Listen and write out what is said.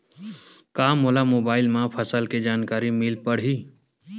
का मोला मोबाइल म फसल के जानकारी मिल पढ़ही?